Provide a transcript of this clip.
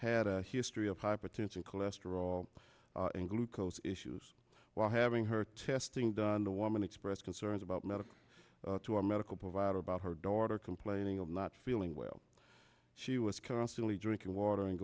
had a history of hypertension cholesterol and glucose issues while having her testing done the woman expressed concerns about medicare to a medical provider about her daughter complaining of not feeling well she was constantly drinking water and